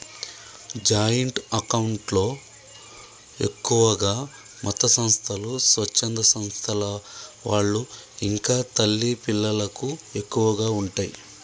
joint account లో ఎక్కువగా మతసంస్థలు, స్వచ్ఛంద సంస్థల వాళ్ళు ఇంకా తల్లి పిల్లలకు ఎక్కువగా ఉంటయ్